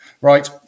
Right